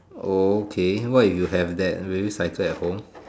okay what you have that do you cycle at home